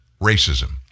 Racism